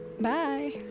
bye